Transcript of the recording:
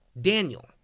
Daniel